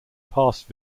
passed